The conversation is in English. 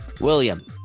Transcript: William